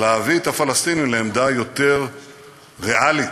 להביא את הפלסטינים לעמדה יותר ריאלית,